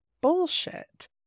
bullshit